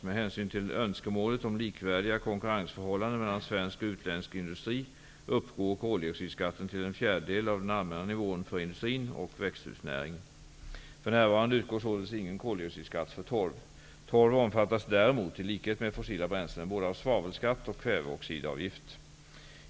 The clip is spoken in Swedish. Med hänsyn till önskemålet om likvärdiga konkurrensförhållanden mellan svensk och utländsk industri uppgår koldioxidskatten till en fjärdedel av den allmänna nivån för industrin och växthusnäringen. För närvarande utgår således ingen koldioxidskatt för torv. Torv omfattas däremot -- i likhet med fossila bränslen -- både av svavelskatt och av kväveoxidavgift.